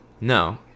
No